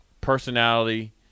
personality